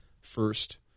first